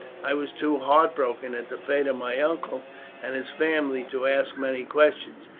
i was too heartbroken at the fate of my uncle and his family to ask many questions,